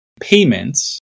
payments